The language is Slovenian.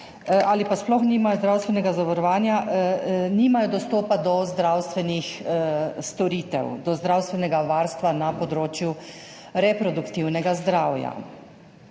ali pa sploh nimajo zdravstvenega zavarovanja, nimajo dostopa do zdravstvenih storitev, do zdravstvenega varstva na področju reproduktivnega zdravja.